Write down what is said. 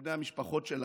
ולבני המשפחות שלכם,